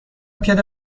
پیاده